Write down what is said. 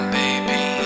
baby